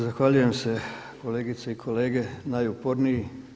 Zahvaljujem se kolegice i kolege najuporniji.